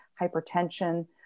hypertension